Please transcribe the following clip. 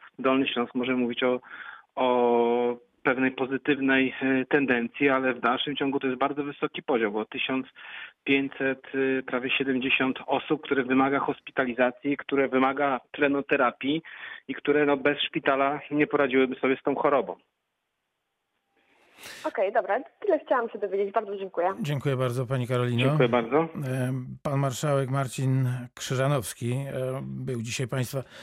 Dolny Śląsk może mówić o- o pewnej pozytywnej, e, tendencji, ale w dalszym ciągu to jest bardzo wysoki poziom, bo 1500, e, prawie 70 osób, które wymaga hospitalizacji, które wymaga tlenoterapii i które, no, bez szpitala nie poradziłyby sobie z tą chorobą. Okej, dobra, tyle chciałam się dowiedzieć. Bardzo dziękuję. Dziękuję bardzo, pani Karolino. Dziękuję bardzo. Em, pan marszałek Marcin Krzyżanowski, e, był dzisiaj państwa-